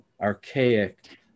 archaic